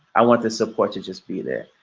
i want the support to just be there.